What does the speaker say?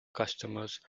customers